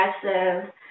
aggressive